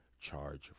charge